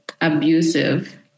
abusive